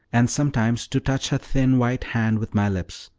and sometimes to touch her thin white hand with my lips.